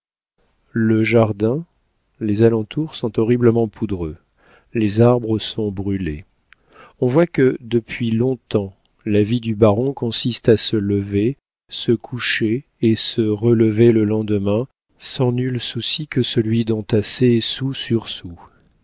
le jardin les alentours sont horriblement poudreux les arbres sont brûlés on voit que depuis longtemps la vie du baron consiste à se lever se coucher et se relever le lendemain sans nul souci que celui d'entasser sou